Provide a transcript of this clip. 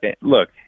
look